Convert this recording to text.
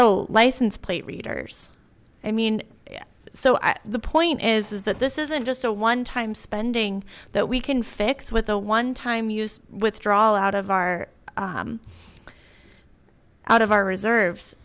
zero license plate readers i mean so i the point is that this isn't just a one time spending that we can fix with a one time use withdrawal out of our out of our reserves